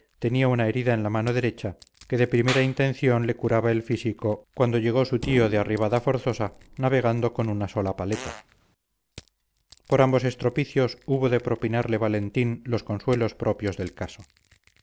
tenía una herida en la mano derecha que de primera intención le curaba el físico cuando llegó su tío de arribada forzosa navegando con una sola paleta por ambos estropicios hubo de propinarle valentín los consuelos propios del caso